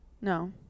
No